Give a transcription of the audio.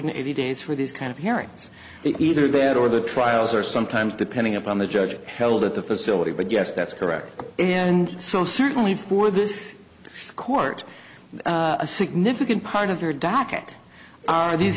hundred eighty days for these kind of hearings either there or the trials are sometimes depending upon the judge held at the facility but yes that's correct and so certainly for this court a significant part of their docket are these